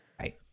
Right